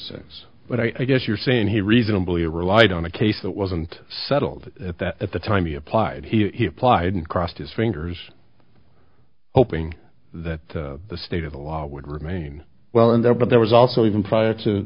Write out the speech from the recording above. six but i guess you're saying he reasonably relied on a case that wasn't settled at the time he applied he applied and crossed his fingers hoping that the state of the law would remain well in there but there was also even prior to